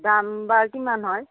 দাম বা কিমান হয়